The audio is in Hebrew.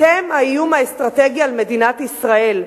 אתם האיום האסטרטגי על מדינת ישראל.